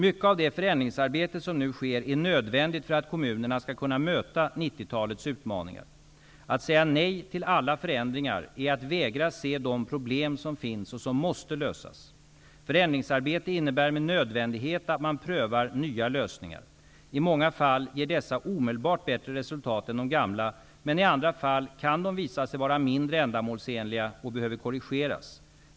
Mycket av det förändringsarbete som nu sker är nödvändigt för att kommunerna skall kunna möta 90-talets utmaningar. Att säga nej till alla förändringar är att vägra se de problem som finns och som måste lösas. Förändringsarbete innebär med nödvändighet att man prövar nya lösningar. I många fall ger dessa omedelbart bättre resultat än de gamla. Men i andra fall kan de visa sig vara mindre ändamålsenliga och behöver korrigeras.